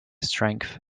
strength